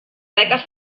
beques